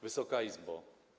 Wysoka Izbo!